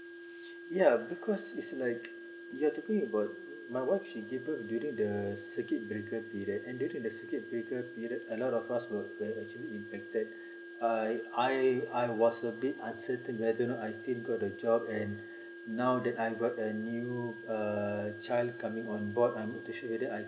ya because is like you are talking about my wife she give birth during the circuit breaker period and due to the circuit breaker period a lot of us will actually infected I I was a bit uncertain because I still got a job and now that I got a new uh child coming on board I need to assure that